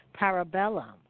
Parabellum